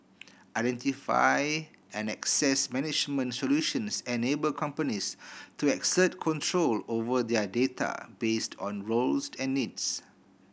identity and access management solutions enable companies to exert control over their data based on roles and needs